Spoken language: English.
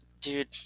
Dude